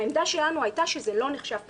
העמדה שלנו הייתה שזה לא נחשב פרישה.